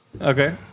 Okay